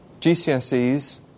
GCSEs